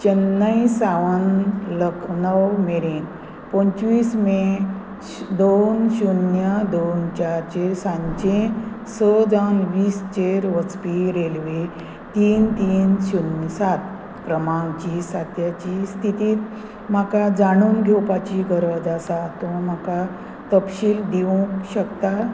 चेन्नई सावन लखनव मेरेन पंचवीस मे दोन शुन्य दोन चारचे सांजचे स जावन वीस चेर वचपी रेल्वे तीन तीन शुन्य सात क्रमांकची सात्याची स्थिती म्हाका जाणून घेवपाची गरज आसा तूं म्हाका तपशील दिवंक शकता